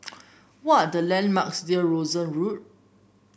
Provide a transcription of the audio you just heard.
what are the landmarks near Rosyth Road